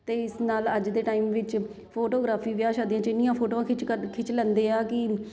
ਅਤੇ ਇਸ ਨਾਲ ਅੱਜ ਦੇ ਟਾਈਮ ਵਿੱਚ ਫੋਟੋਗ੍ਰਾਫੀ ਵਿਆਹ ਸ਼ਾਦੀਆਂ 'ਚ ਇੰਨੀਆਂ ਫੋਟੋਆਂ ਖਿੱਚ ਕ ਖਿੱਚ ਲੈਂਦੇ ਆ ਕਿ